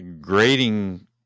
grading